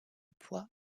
poids